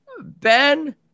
Ben